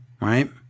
right